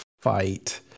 fight